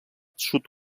sud